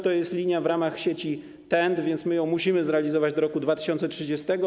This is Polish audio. To jest linia w ramach sieci TEN-T więc my ją musimy zrealizować do roku 2030.